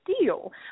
deal